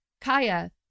Kaya